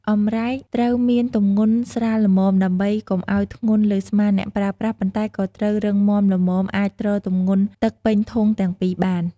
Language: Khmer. អម្រែកត្រូវមានទម្ងន់ស្រាលល្មម ដើម្បីកុំឱ្យធ្ងន់លើស្មាអ្នកប្រើប្រាស់ ប៉ុន្តែក៏ត្រូវរឹងមាំល្មមអាចទ្រទម្ងន់ទឹកពេញធុងទាំងពីរបាន។